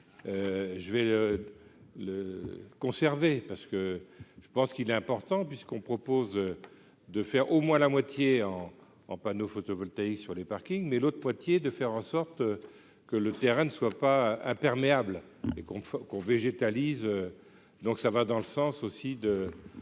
je vais le conserver, parce que je pense qu'il est important puisqu'on propose de faire au moins la moitié en en panneaux photovoltaïques sur les parkings, mais l'autre moitié de faire en sorte que le terrain ne soit pas imperméable et qu'on qu'on végétalisées, donc ça va dans le sens aussi de